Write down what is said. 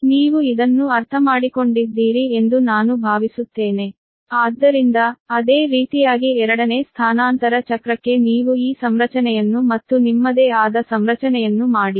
ನೀವು ಇದನ್ನು ಅರ್ಥಮಾಡಿಕೊಂಡಿದ್ದೀರಿ ಎಂದು ನಾನು ಭಾವಿಸುತ್ತೇನೆ ಆದ್ದರಿಂದ ಅದೇ ರೀತಿಯಾಗಿ ಎರಡನೇ ಸ್ಥಾನಾಂತರ ಚಕ್ರಕ್ಕೆ ನೀವು ಈ ಸಂರಚನೆಯನ್ನು ಮತ್ತು ನಿಮ್ಮದೇ ಆದ ಸಂರಚನೆಯನ್ನು ಮಾಡಿ